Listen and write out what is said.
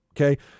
okay